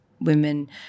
women